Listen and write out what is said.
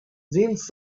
jeans